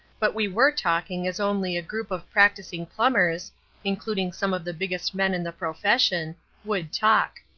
but we were talking as only a group of practising plumbers including some of the biggest men in the profession would talk.